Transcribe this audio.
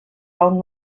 aún